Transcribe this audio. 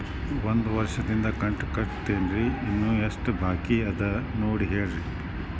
ಒಂದು ವರ್ಷದಿಂದ ಕಂತ ಕಟ್ಟೇನ್ರಿ ಇನ್ನು ಎಷ್ಟ ಬಾಕಿ ಅದ ನೋಡಿ ಹೇಳ್ರಿ